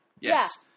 Yes